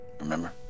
remember